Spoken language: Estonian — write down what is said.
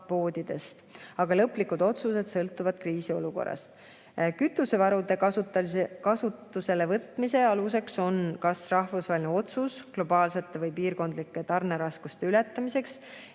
Aga lõplikud otsused sõltuvad kriisiolukorrast. Kütusevarude kasutusele võtmise aluseks on kas rahvusvaheline otsus globaalsete või piirkondlike tarneraskuste ületamiseks